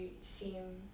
seem